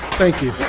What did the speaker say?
thank you.